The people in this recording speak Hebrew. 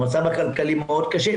המצב הכלכלי מאוד קשה,